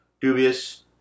Dubious